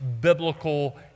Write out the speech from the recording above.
biblical